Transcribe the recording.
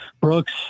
Brooks